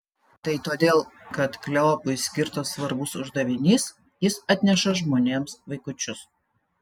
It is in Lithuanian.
tai todėl kad kleopui skirtas svarbus uždavinys jis atneša žmonėms vaikučius